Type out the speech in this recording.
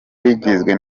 rigizwe